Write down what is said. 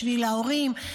בשביל ההורים,